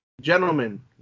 gentlemen